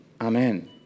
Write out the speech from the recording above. amen